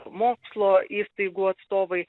mokslo įstaigų atstovai